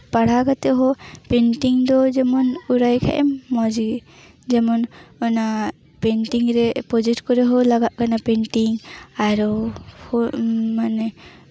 ᱯᱟᱲᱦᱟᱣ ᱠᱟᱛᱮᱫ ᱦᱚᱸ ᱯᱮᱱᱴᱤᱝ ᱦᱚᱸ ᱡᱚᱫᱤᱢ ᱠᱚᱨᱟᱣ ᱠᱷᱟᱱᱮᱢ ᱢᱚᱡᱽᱜᱮ ᱡᱮᱢᱚᱱ ᱚᱱᱟ ᱯᱮᱱᱴᱤᱝ ᱨᱮ ᱯᱨᱚᱡᱮᱠᱴ ᱠᱚᱨᱮ ᱦᱚᱸ ᱞᱟᱜᱟᱜ ᱠᱟᱱᱟ ᱯᱮᱱᱴᱤᱝ ᱟᱨᱚ ᱢᱟᱱᱮ